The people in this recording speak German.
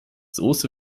soße